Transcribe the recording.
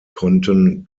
konnten